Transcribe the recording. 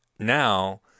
now